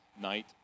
night